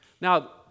Now